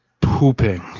pooping